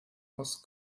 aus